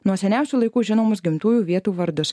nuo seniausių laikų žinomus gimtųjų vietų vardus